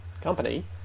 company